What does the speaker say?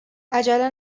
عجله